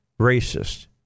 racist